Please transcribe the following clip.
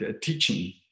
teaching